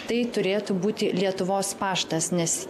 tai turėtų būti lietuvos paštas nes